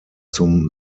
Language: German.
zum